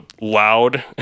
loud